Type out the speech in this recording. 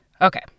Okay